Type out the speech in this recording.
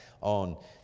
on